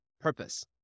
purpose